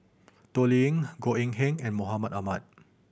Toh Liying Goh Eng Han and Mahmud Ahmad